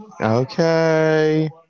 okay